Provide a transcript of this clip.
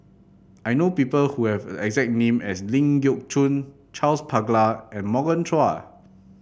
I know people who have a exact name as Ling Geok Choon Charles Paglar and Morgan Chua